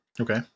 Okay